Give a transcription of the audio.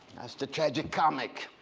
that's the tragic comic.